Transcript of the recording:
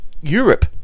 Europe